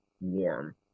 warm